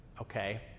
okay